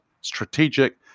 strategic